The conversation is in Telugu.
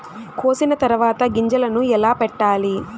కోసిన తర్వాత గింజలను ఎలా పెట్టాలి